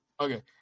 Okay